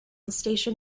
station